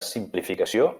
simplificació